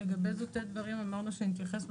לגבי זוטי דברים, אמרנו שנתייחס בהפרה.